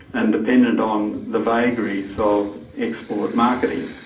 and dependent on the vagaries of export marketing.